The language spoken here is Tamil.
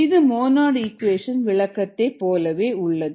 இது மோநாடு ஈக்குவேஷன் விளக்கத்தை போலவே உள்ளது